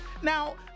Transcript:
Now